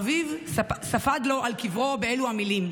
אביו ספד לו על קברו באלו המילים: